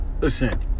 Listen